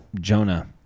Jonah